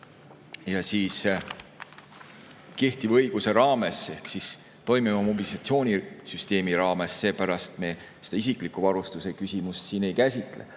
ja kehtiva õiguse raames ehk toimiva mobilisatsioonisüsteemi raames. Seepärast me isikliku varustuse küsimust siin ei käsitle.